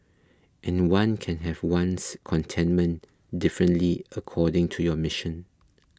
and one can have one's contentment differently according to your mission